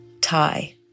Tie